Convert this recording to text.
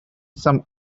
some